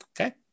Okay